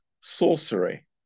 sorcery